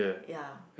ya